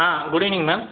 ah good evening ma'am